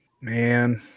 man